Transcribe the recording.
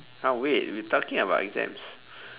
!huh! wait we talking about exams